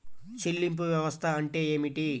చెల్లింపు వ్యవస్థ అంటే ఏమిటి?